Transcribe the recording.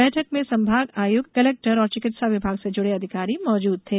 बैठक में संभाग आयुक्त कलेक्टर और चिकित्सा विभाग से जुड़े अधिकारी मौजूद थे